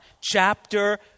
chapter